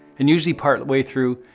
and usually partway through,